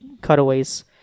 cutaways